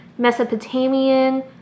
mesopotamian